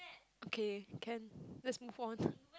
okay can let's move on